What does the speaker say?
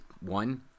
one